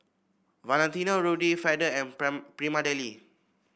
Valentino Rudy Feather and Prima Deli